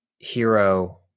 hero